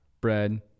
bread